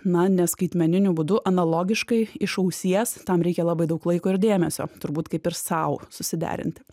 na ne skaitmeniniu būdu analogiškai iš ausies tam reikia labai daug laiko ir dėmesio turbūt kaip ir sau susiderinti